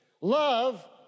Love